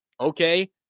okay